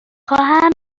خواهم